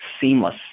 seamless